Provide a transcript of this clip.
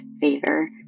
favor